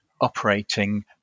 operating